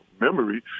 memory